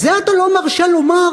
זה אתה לא מרשה לומר?